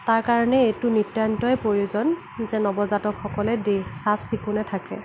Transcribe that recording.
তাৰ কাৰণে এইটো নিতান্তই প্ৰয়োজন যে নৱজাতকসকলে চাফ চিকুণে থাকে